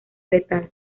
letal